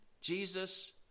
Jesus